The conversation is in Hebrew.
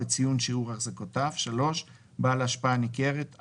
בציון שיעור החזקותיו; בעל השפעה ניכרת,